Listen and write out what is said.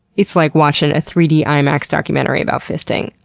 it's like watching a three d i max documentary about fisting.